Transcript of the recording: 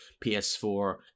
PS4